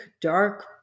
dark